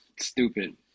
stupid